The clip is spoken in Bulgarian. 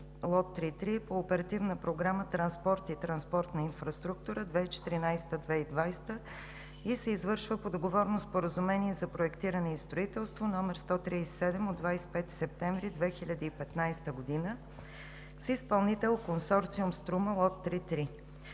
лот 3.3. е по Оперативна програма „Транспорт и транспортна инфраструктура 2014/2020“ и се извършва по договорно Споразумение за проектиране и строителство № 137 от 25 септември 2015 г. с изпълнител Консорциум „Струма – лот 3.3“.